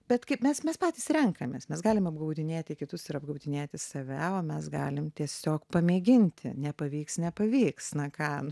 bet kaip mes mes patys renkamės mes galim apgaudinėti kitus ir apgaudinėti save o mes galim tiesiog pamėginti nepavyks nepavyks na ką nu